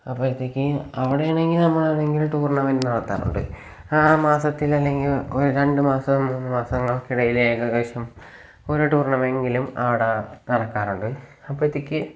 അപ്പോഴത്തേക്ക് അവിടെ ആണെങ്കിൽ നമ്മളാണെങ്കിൽ ടൂർണമെൻറ്റ് നടത്താറുണ്ട് ആറ് മാസത്തിലല്ലെങ്കിൽ ഒരു രണ്ട് മാസം മൂന്ന് മാസങ്ങൾക്കിടയിൽ ഏകദേശം ഒരു ടൂർണമെന്റെങ്കിലും അവിടെ നടക്കാറുണ്ട് അപ്പോഴത്തേക്ക്